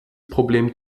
problem